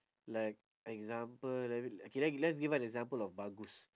like example l~ okay let let's give one example of bagus